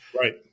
Right